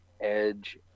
Edge